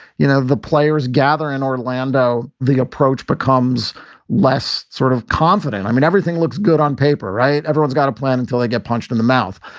you know, the players gather in orlando, the approach becomes less sort of confident. i mean, everything looks good on paper, right? everyone's got a plan until they get punched in the mouth.